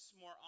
more